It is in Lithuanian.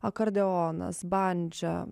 akordeonas bandža